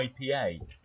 IPA